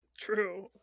True